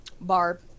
Barb